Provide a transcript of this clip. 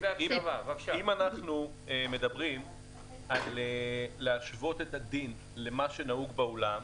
אם אנחנו מדברים על להשוות את הדין למה שנהוג בעולם,